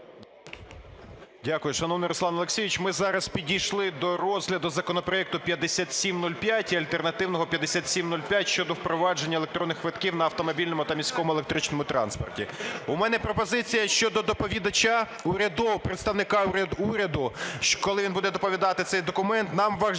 Дякую. Шановний Руслан Олексійович, ми зараз підійшли до розгляду законопроекту 5705 і альтернативного 5705 щодо впровадження електронних квитків на автомобільному та міському електричному транспорті. У мене пропозиція щодо доповідача урядового, представника уряду, коли він буде доповідати цей документ, нам важливо,